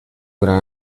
gran